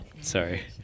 Sorry